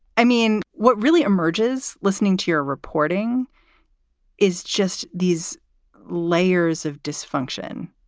i mean, what really emerges listening to your reporting is just these layers of dysfunction.